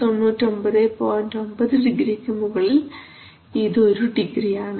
9 ഡിഗ്രിക്ക് മുകളിൽ ഇത് ഒരു ഡിഗ്രിയാണ്